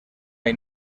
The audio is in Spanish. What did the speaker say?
hay